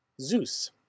Zeus